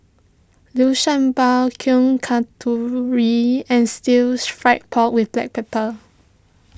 Liu Sha Bao Kuih Kasturi and Stir Fried Pork with Black Pepper